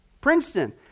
Princeton